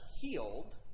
healed